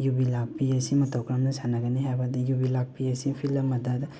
ꯌꯨꯕꯤ ꯂꯥꯛꯄꯤ ꯑꯁꯤ ꯃꯇꯧ ꯀꯔꯝꯅ ꯁꯥꯟꯅꯒꯅꯤ ꯍꯥꯏꯕꯗꯤ ꯌꯨꯕꯤ ꯂꯥꯛꯄꯤ ꯑꯁꯤ ꯐꯤꯜ ꯑꯃꯗ